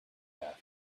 mouth